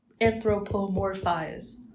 anthropomorphize